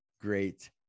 great